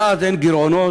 מאז אין גירעונות,